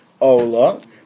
Ola